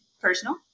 personal